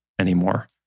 anymore